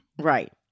Right